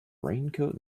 raincoat